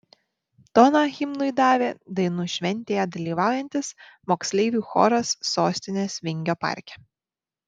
toną himnui davė dainų šventėje dalyvaujantis moksleivių choras sostinės vingio parke